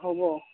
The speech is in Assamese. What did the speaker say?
হ'ব